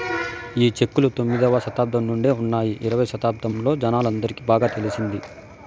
ఈ చెక్కులు తొమ్మిదవ శతాబ్దం నుండే ఉన్నాయి ఇరవై శతాబ్దంలో జనాలందరికి బాగా తెలిసింది